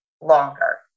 longer